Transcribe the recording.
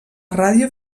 ràdio